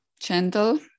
gentle